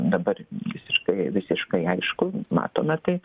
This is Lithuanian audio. dabar visiškai visiškai aišku matome tai